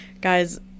Guys